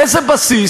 על איזה בסיס?